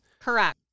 Correct